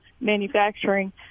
manufacturing